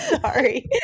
sorry